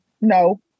no